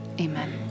Amen